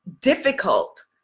difficult